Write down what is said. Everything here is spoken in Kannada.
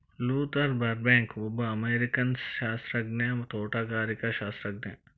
ಲೂಥರ್ ಬರ್ಬ್ಯಾಂಕ್ಒಬ್ಬ ಅಮೇರಿಕನ್ಸಸ್ಯಶಾಸ್ತ್ರಜ್ಞ, ತೋಟಗಾರಿಕಾಶಾಸ್ತ್ರಜ್ಞ